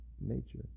nature